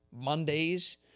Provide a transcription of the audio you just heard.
Mondays